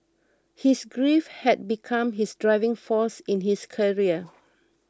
his grief had become his driving force in his career